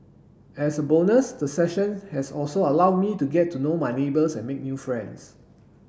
as a bonus the sessions has also allowed me to get to know my neighbours and make new friends